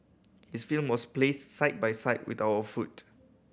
his film was placed side by side with our food